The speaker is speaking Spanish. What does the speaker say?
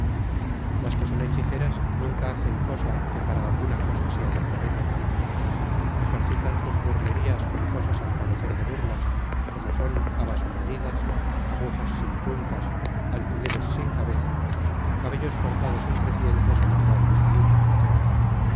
las que son hechiceras nunca hacen cosa que para alguna cosa sea de provecho ejercitan sus burlerías con cosas al parecer de burlas como son habas mordidas agujas sin puntas alfileres sin cabeza cabellos cortados en crecientes ó menguantes de luna